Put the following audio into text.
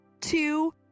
two